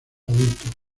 adultos